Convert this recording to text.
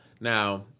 Now